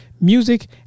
music